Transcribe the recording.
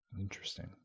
Interesting